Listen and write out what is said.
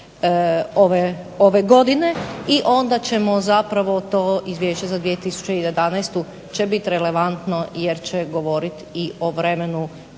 ove godine i onda zapravo to izvješće za 2011. će biti relevantno jer će govorit i o vremenu